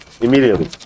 Immediately